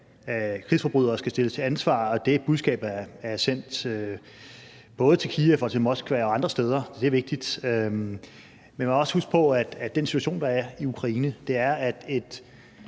krigsforbrydere skal stilles til ansvar, og det budskab er sendt både til Kyiv og til Moskva og andre steder, og det er vigtigt. Men man må også huske på, at den situation, der er i Ukraine, er, at et